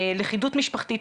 לכידות משפחתית,